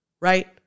right